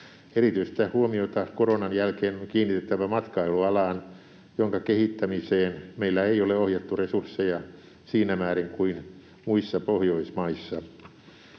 Erityistä huomiota koronan jälkeen on kiinnitettävä matkailualaan, jonka kehittämiseen meillä ei ole ohjattu resursseja siinä määrin kuin muissa Pohjoismaissa.